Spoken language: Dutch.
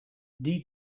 die